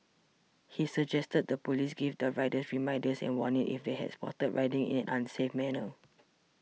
he suggested the police give these riders reminders and warnings if they are spotted riding in an unsafe manner